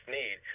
need